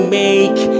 make